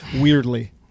Weirdly